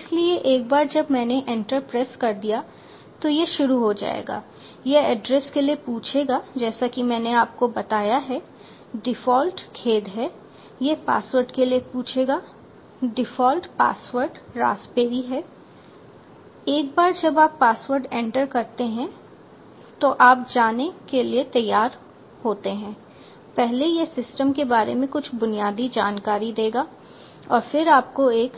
इसलिए एक बार जब मैंने एंटर प्रेस कर दिया तो यह शुरू हो जाएगा यह एड्रेस के लिए पूछेगा जैसा कि मैंने आपको बताया है डिफ़ॉल्ट खेद है यह पासवर्ड के लिए पूछेगा डिफ़ॉल्ट पासवर्ड रास्पबेरी है एक बार जब आप पासवर्ड एंटर करते हैं तो आप जाने के लिए तैयार होते हैं पहले यह सिस्टम के बारे में कुछ बुनियादी जानकारी देगा और फिर आपको एक